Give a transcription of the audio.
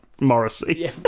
Morrissey